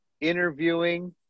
interviewing